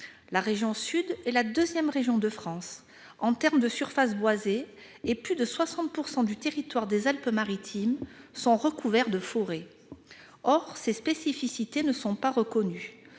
La région Sud est la deuxième région de France en matière de surface boisée ; plus de 60 % du territoire des Alpes-Maritimes sont recouverts de forêt. Or ses spécificités ne sont pas reconnues.